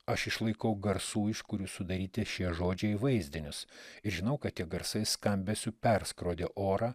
aš išlaikau garsų iš kurių sudaryti šie žodžiai vaizdinius ir žinau kad tie garsai skambesiu perskrodė orą